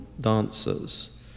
dancers